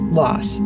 loss